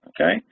okay